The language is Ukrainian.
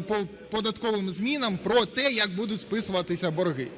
по податковим змінам, про те, як будуть списуватися борги.